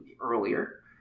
earlier